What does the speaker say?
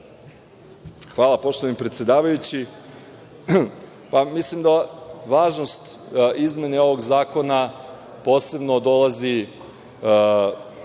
Hvala, poštovani predsedavajući. Pa, mislim da važnost izmene ovog zakona posebno dolazi do